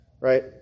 right